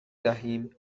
دهیم